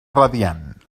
radiant